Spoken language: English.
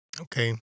Okay